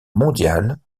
mondial